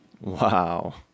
Wow